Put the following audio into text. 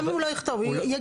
גם אם הוא לא יכתוב, יגיד.